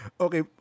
okay